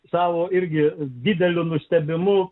savo irgi dideliu nustebimu